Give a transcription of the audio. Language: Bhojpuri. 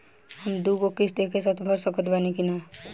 हम दु गो किश्त एके साथ भर सकत बानी की ना?